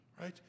right